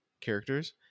characters